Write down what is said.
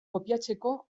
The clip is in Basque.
kopiatzeko